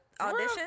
Audition